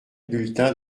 bulletin